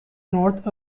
north